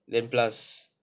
then plus